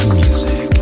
music